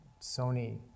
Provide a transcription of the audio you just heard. Sony